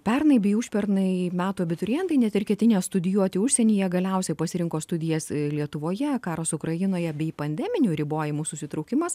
pernai bei užpernai metų abiturientai net ir ketinę studijuoti užsienyje galiausiai pasirinko studijas lietuvoje karas ukrainoje bei pandeminių ribojimų susitraukimas